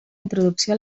introducció